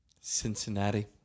Cincinnati